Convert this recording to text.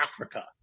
Africa